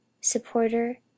supporter